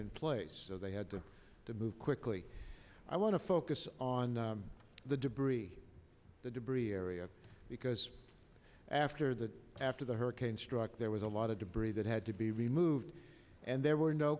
in place so they had to move quickly i want to focus on the debris the debris area because after that after the hurricane struck there was a lot of debris that had to be removed and there were no